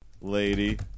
lady